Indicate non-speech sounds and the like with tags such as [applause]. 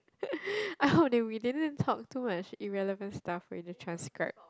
[laughs] I hope that we didn't talk too much it relevant stuff when they transcribe